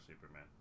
Superman